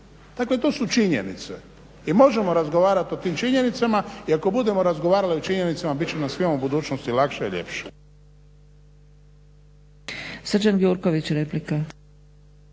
Dakle, to su činjenice. I možemo razgovarati o tim činjenicama. I ako budemo razgovarali o činjenicama bit će nam svima u budućnosti lakše i ljepše.